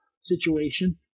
situation